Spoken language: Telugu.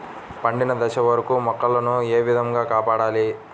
పండిన దశ వరకు మొక్కల ను ఏ విధంగా కాపాడాలి?